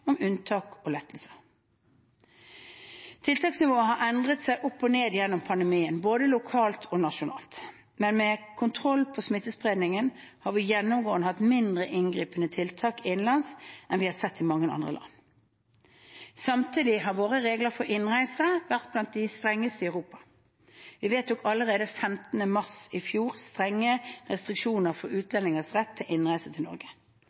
om unntak og lettelser. Tiltaksnivået har endret seg opp og ned gjennom pandemien, både lokalt og nasjonalt. Men med kontroll på smittespredningen har vi gjennomgående hatt mindre inngripende tiltak innenlands enn vi har sett i mange andre land. Samtidig har våre regler for innreise vært blant de strengeste i Europa. Vi vedtok allerede 15. mars i fjor strenge restriksjoner på utlendingers rett til innreise til Norge.